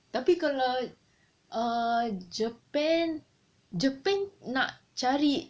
tapi kalau uh japan japan nak cari